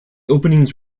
openings